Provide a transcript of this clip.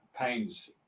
pains